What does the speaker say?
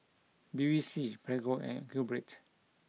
Bevy C Prego and QBread